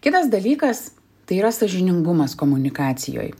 kitas dalykas tai yra sąžiningumas komunikacijoj